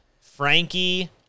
Frankie